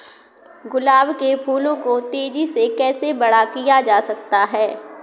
गुलाब के फूलों को तेजी से कैसे बड़ा किया जा सकता है?